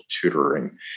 tutoring